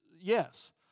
yes